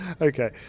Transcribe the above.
Okay